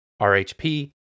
RHP